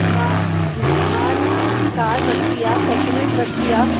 मां जी मां न हिकु कार वरिती आहे सैकेंड हैंड वरिती आहे